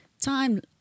time